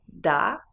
da